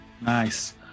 Nice